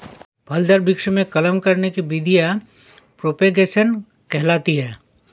फलदार वृक्षों में कलम करने की विधियां प्रोपेगेशन कहलाती हैं